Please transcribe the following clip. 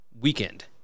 weekend